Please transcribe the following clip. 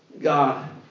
God